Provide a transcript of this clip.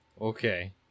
Okay